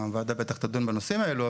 הוועדה בטח תדון בנושאים האלה.